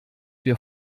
wir